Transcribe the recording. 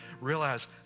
realize